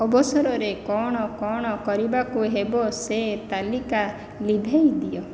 ଅବସରରେ କ'ଣ କ'ଣ କରିବାକୁ ହେବ ସେ ତାଲିକା ଲିଭେଇ ଦିଅ